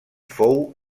fou